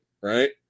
right